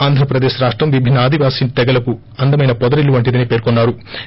ఆంధ్రప్రదేశ్ రాష్టం విభిన్స ఆదివాసీ తెగలకు అందమైన పొదరిల్లు వంటిదని పేర్కొన్నా రు